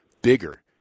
Bigger